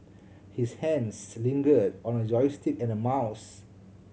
his hands lingered on a joystick and a mouse